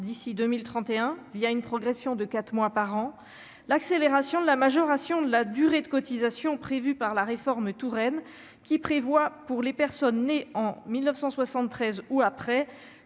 d'ici 2031 il y a une progression de 4 mois par an, l'accélération de la majoration de la durée de cotisation prévue par la réforme Touraine qui prévoit pour les personnes nées en 1973 ou après